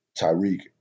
Tyreek